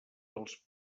dels